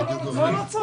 לא, לא צריך.